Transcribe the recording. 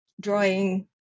drawing